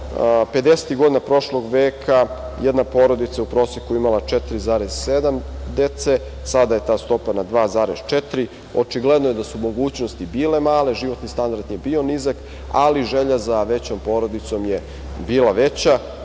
godina prošlog veka jedna porodica u proseku je imala 4,7 dece, a sada je ta stopa na 2,4. Očigledno je da su mogućnosti bile male, životni standard je bio nizak, ali želja za većom porodicom je bila veća.